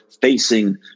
facing